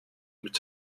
with